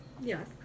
Yes